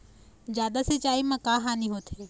जादा सिचाई म का हानी होथे?